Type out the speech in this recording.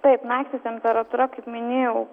taip naktį temperatūra kaip minėjau